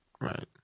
Right